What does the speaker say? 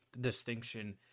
distinction